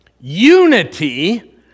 Unity